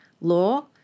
law